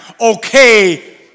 okay